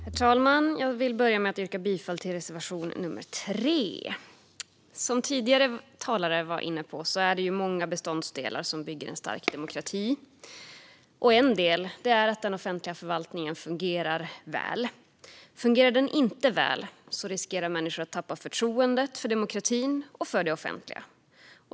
Herr talman! Jag vill börja med att yrka bifall till reservation nummer 3. Som tidigare talare var inne på bygger en stark demokrati på många beståndsdelar. En del är att den offentliga förvaltningen fungerar väl. Fungerar den inte väl är risken att människor tappar förtroendet för demokratin och för det offentliga.